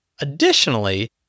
Additionally